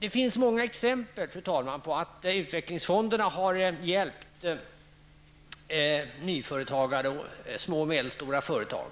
Det finns, fru talman, många exempel på att utvecklingsfonderna har hjälpt nyföretagare och små och medelstora företag